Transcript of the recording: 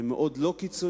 הם מאוד לא קיצוניים.